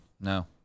No